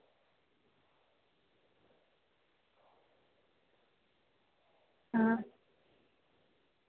अं